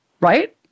right